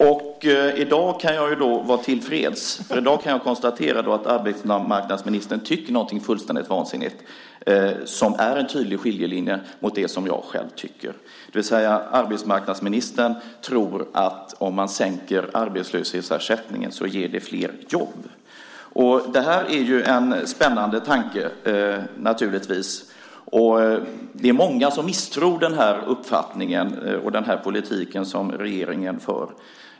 I dag kan jag då vara tillfreds, för i dag kan jag konstatera att arbetsmarknadsministern tycker någonting fullständigt vansinnigt som är en tydlig skiljelinje mot det som jag själv tycker, nämligen att om man sänker arbetslöshetsersättningen så ger det flera jobb. Det här är en spännande tanke, naturligtvis. Det är många som misstror den här uppfattningen och den politik som regeringen för.